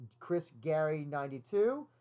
ChrisGary92